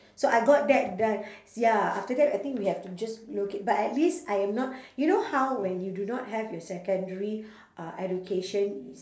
so I got that done ya after that I think we have to just locate but at least I am not you know how when you do not have your secondary uh education